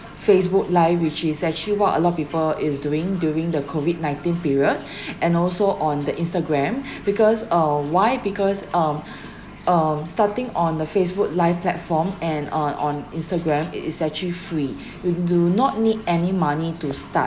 facebook live which is actually what a lot of people is doing during the COVID nineteen period and also on the instagram because uh why because um um starting on the facebook live platform and on on instagram it is actually free we do not need any money to start